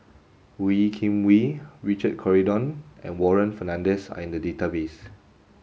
Wee Kim Wee Richard Corridon and Warren Fernandez are in the database